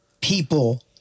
people